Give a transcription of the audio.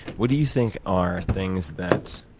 what do you think are things that